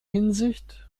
hinsicht